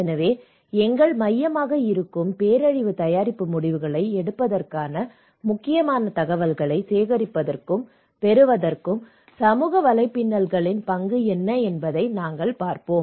எனவே எங்கள் மையமாக இருக்கும் பேரழிவு தயாரிப்பு முடிவுகளை எடுப்பதற்கான முக்கியமான தகவல்களை சேகரிப்பதற்கும் பெறுவதற்கும் சமூக வலைப்பின்னல்களின் பங்கு என்ன என்பதை நாங்கள் பார்ப்போம்